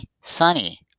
sunny